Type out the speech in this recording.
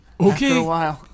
Okay